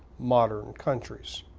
modern countries.